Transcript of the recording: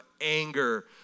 anger